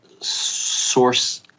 source